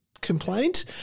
complaint